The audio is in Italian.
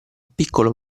piccolo